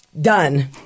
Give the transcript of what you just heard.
done